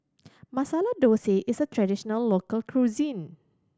Masala Dosa is a traditional local cuisine